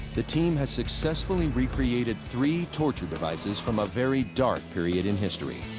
the team has successfully recreated three torture devices from a very dark period in history.